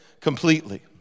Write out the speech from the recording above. completely